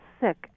sick